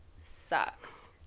sucks